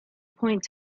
point